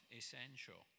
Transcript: essential